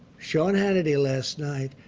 sean hannity last night,